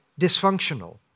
dysfunctional